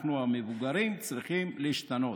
אנחנו המבוגרים צריכים להשתנות.